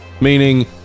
meaning